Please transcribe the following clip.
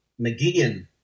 McGeehan